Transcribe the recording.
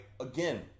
again